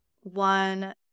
one